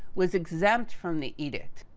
was exempt from the edict.